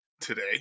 today